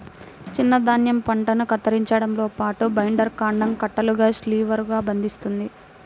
చిన్న ధాన్యం పంటను కత్తిరించడంతో పాటు, బైండర్ కాండం కట్టలుగా షీవ్లుగా బంధిస్తుంది